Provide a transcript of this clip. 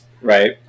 Right